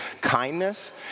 kindness